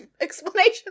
explanation